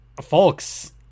folks